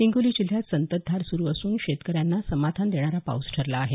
हिंगोली जिल्ह्यात संततधार सुरू असून शेतकऱ्यांना समाधान देणारा हा पाऊस ठरला आहे